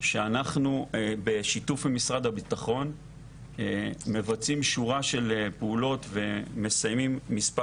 שאנחנו בשיתוף עם משרד הביטחון מבצעים שורה של פעולות ומסיימים מספר